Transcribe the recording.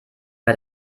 bei